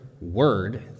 Word